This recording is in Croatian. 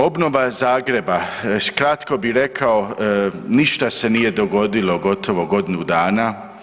Obnova Zagreba kratko bih rekao ništa se nije dogodilo gotovo godinu dana.